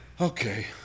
Okay